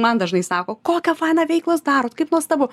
man dažnai sako kokia faina veiklas darot kaip nuostabu